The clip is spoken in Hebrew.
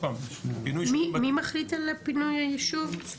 מי מחליט על פינוי הישוב?